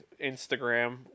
instagram